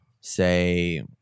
say